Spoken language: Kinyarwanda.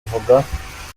avuga